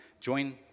join